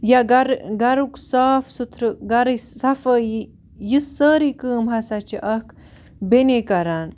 یا گَرٕ گَرُک صاف سُتھرٕ گَرٕچ صفٲیی یہِ سٲرٕے کٲم ہَسا چھِ اَکھ بیٚنے کَران